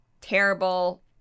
terrible